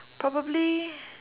probably